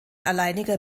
alleiniger